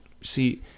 see